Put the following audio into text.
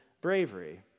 bravery